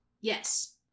Yes